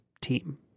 team